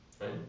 right